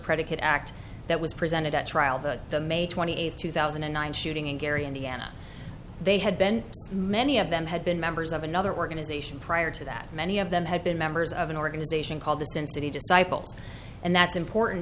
predicate act that was presented at trial that the may twenty eighth two thousand and nine shooting in gary indiana they had been many of them had been members of another organization prior to that many of them had been members of an organization called the sin city disciples and that's important